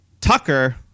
tucker